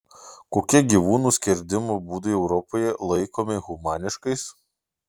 kokie gyvūnų skerdimo būdai europoje laikomi humaniškais